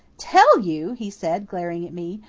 tell you! he said, glaring at me.